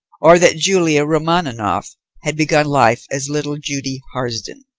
or that julia romaninov had begun life as little judy harsden.